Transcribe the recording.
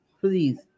please